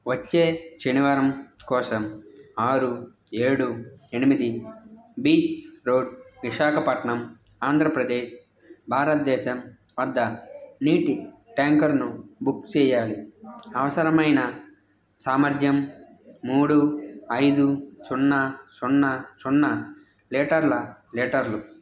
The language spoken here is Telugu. వచ్చే శనివారం కోసం ఆరు ఏడు ఎనిమిది బీచ్ రోడ్ విశాఖపట్నం ఆంధ్రప్రదేశ్ భారతదేశం వద్ద నీటి ట్యాంకర్ను బుక్ చేయాలి అవసరమైన సామర్థ్యం మూడు ఐదు సున్నా సున్నా సున్నా లీటర్ల లీటర్లు